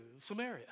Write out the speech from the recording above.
Samaria